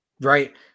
Right